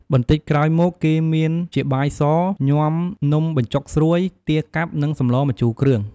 បន្តិចក្រោយមក គេមានជាបាយស ញាំនំបញ្ចុកស្រួយ ទាកាប់ និងសម្លរម្ជូរគ្រឿង។